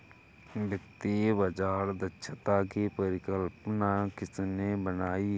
वित्तीय बाजार दक्षता की परिकल्पना किसने बनाई?